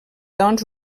doncs